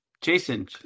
Jason